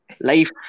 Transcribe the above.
Life